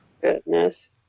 Goodness